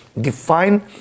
define